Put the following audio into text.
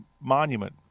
monument